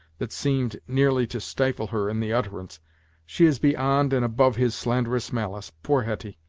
that seemed nearly to stifle her in the utterance she is beyond and above his slanderous malice! poor hetty!